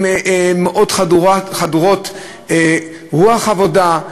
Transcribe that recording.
מאוד חדורות רוח עבודה,